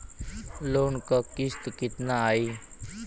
Loan क किस्त कितना आई?